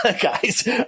guys